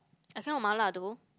I cannot mala though